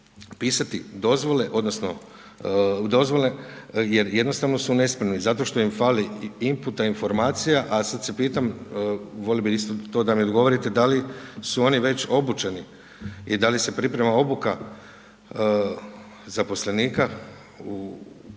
pisati dozvole, odnosno, dozvole, jer jednostavno su nespremni, zato što im fali, inputa, informacija, a sada se pitam, volio bi isto to da mi odgovorite, da li su oni već obučeni i da li se priprema obuka zaposlenika u